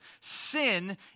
Sin